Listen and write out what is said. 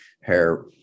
hair